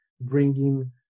bringing